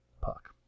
Puck